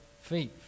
faith